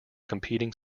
competing